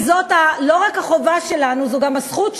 וזאת לא רק החובה שלנו, זו גם הזכות שלנו,